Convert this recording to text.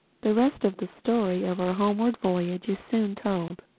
the rest of the story of our homeward voyage is soon told.